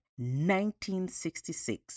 1966